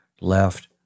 left